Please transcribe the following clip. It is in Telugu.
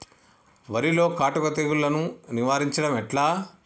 వరిలో కాటుక తెగుళ్లను నివారించడం ఎట్లా?